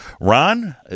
Ron